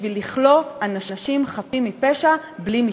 בשביל לכלוא אנשים חפים מפשע בלי משפט.